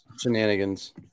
shenanigans